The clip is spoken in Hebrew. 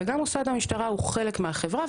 וגם מוסד המשטרה הוא חלק מהחברה,